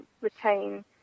retain